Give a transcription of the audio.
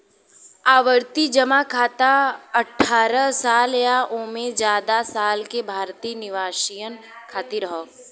आवर्ती जमा खाता अठ्ठारह साल या ओसे जादा साल के भारतीय निवासियन खातिर हौ